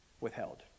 withheld